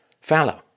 fallow